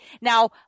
Now